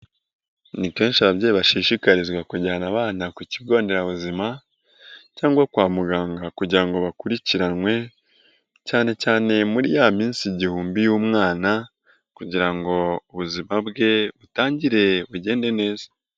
Ni kenshi ababyeyi bashishikarizwa kujyana abana ku kigo nderabuzima cyangwa kwa muganga kugira ngo bakurikiranwe cyane cyane muri ya minsi igihumbi y'umwana kugira ngo ubuzima bwe butangire bugende neza.